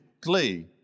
glee